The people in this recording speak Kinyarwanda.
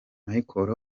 michael